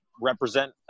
represent